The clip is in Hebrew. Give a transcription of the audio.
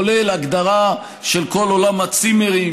כולל הגדרה של כל עולם הצימרים,